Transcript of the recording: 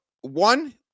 one